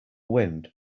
wind